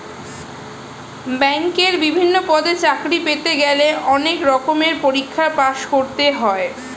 ব্যাংকে বিভিন্ন পদে চাকরি পেতে গেলে অনেক রকমের পরীক্ষায় পাশ করতে হয়